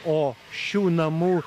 o šių namų